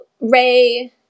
Ray